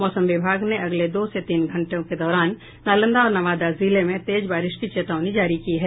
मौसम विभाग ने अगले दो से तीन घंटों के दौरान नालंदा और नवादा जिले में तेज बारिश की चेतावनी जारी की है